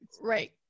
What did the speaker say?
Right